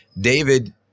David